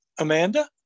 Amanda